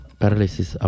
paralysis